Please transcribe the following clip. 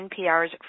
NPR's